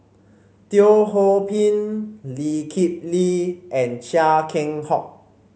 Teo Ho Pin Lee Kip Lee and Chia Keng Hock